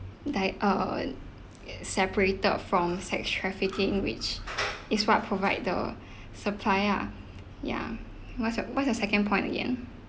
like uh get separated from sex trafficking which it's what provide the supply ah ya what's your what's your second point again